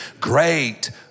great